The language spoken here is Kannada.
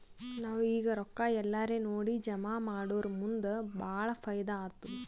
ನಾವ್ ಈಗ್ ರೊಕ್ಕಾ ಎಲ್ಲಾರೇ ನೋಡಿ ಜಮಾ ಮಾಡುರ್ ಮುಂದ್ ಭಾಳ ಫೈದಾ ಆತ್ತುದ್